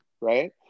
right